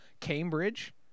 Cambridge